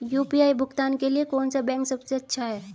UPI भुगतान के लिए कौन सा बैंक सबसे अच्छा है?